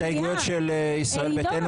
ההסתייגויות של ישראל ביתנו,